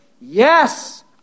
Yes